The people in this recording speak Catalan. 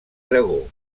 aragó